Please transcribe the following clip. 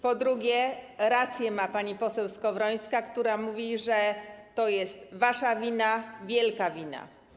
Po drugie, ma rację pani poseł Skowrońska, która mówi, że to jest wasza wina, wielka wina.